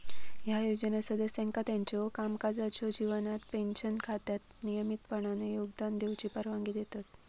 ह्या योजना सदस्यांका त्यांच्यो कामकाजाच्यो जीवनात पेन्शन खात्यात नियमितपणान योगदान देऊची परवानगी देतत